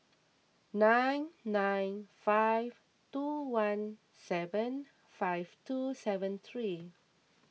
nine nine five two one seven five two seven three